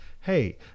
hey